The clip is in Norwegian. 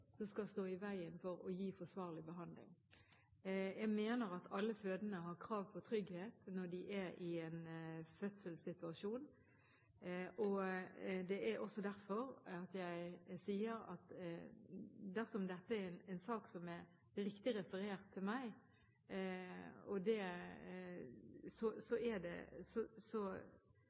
stå i veien for å gi forsvarlig behandling. Jeg mener at alle fødende har krav på trygghet når de er i en fødselssituasjon. Det er også derfor jeg sier at dersom denne saken er riktig referert for meg, er det ikke akseptabelt at økonomi går foran trygghet. Det skal alltid være slik at man først må ta hensyn til det